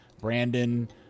Brandon